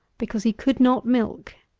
because he could not milk.